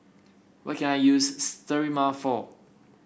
what can I use Sterimar for